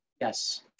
Yes